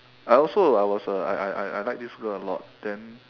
I also I was a I I I like this girl a lot then